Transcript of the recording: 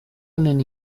honen